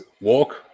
walk